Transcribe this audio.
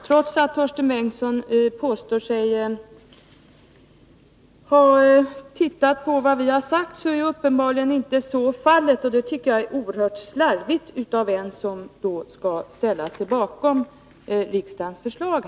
Trots att Torsten Bengtson påstår sig ha tittat på vad vi har sagt är detta uppenbarligen inte fallet, och det tycker jag är oerhört slarvigt av en som skall ställa sig bakom riksdagens förslag.